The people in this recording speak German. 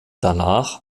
danach